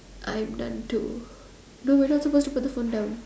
I'm done too no we're not supposed to put the phone down